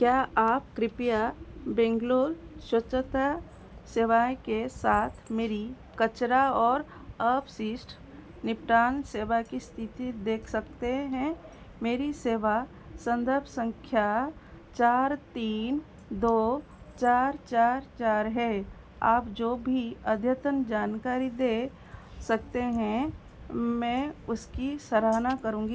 क्या आप कृपया बेंगलोर स्वच्छता सेवाएँ के साथ मेरी कचरा और अवशिष्ट निपटान सेवा की स्थिति देख सकते हैं मेरी सेवा सन्दर्भ संख्या चार तीन दो चार चार चार है आप जो भी अद्यतन जानकारी दे सकते हैं मैं उसकी सराहना करूँगी